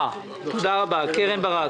קרן ברק.